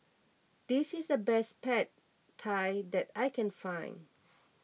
this is the best Pad Thai that I can find